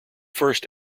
first